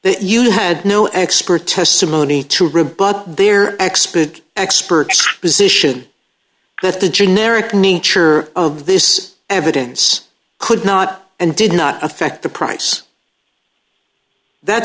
that you had no expert testimony to rebut their expert expert position that the generic nature of this evidence could not and did not affect the price that